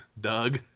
Doug